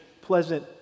pleasant